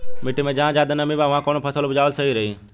मिट्टी मे जहा जादे नमी बा उहवा कौन फसल उपजावल सही रही?